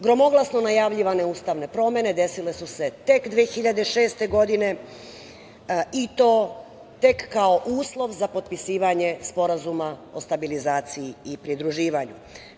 Gromoglasno najavljivane ustavne promene desile su tek 2006. godine, i to tek kao uslov za potpisivanje Sporazuma o stabilizaciji i pridruživanju.